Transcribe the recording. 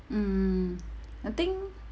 mm I think